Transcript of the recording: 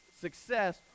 success